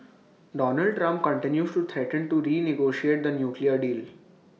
Donald Trump continues to threaten to did renegotiate the nuclear deal